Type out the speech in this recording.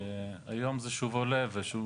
היום זה שוב עולה ושוב